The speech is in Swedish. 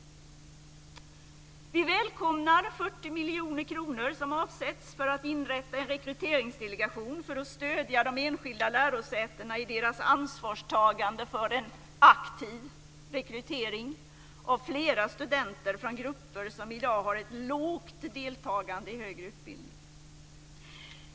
Vi välkomnar 40 miljoner kronor som avsätts för att inrätta en rekryteringsdelegation för att stödja de enskilda lärosätena i deras ansvarstagande för en aktiv rekrytering av flera studenter från grupper som i dag har ett lågt deltagande i högre utbildning.